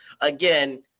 again